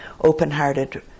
open-hearted